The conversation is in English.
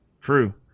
True